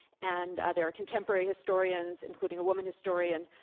and, ah, there are contemporary historians, including a woman historian,